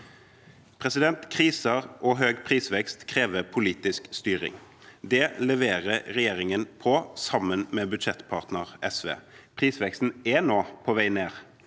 Kriser og høy prisvekst krever politisk styring. Det leverer regjeringen på sammen med budsjettpartner SV. Prisveksten er nå på vei ned,